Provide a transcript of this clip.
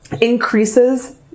increases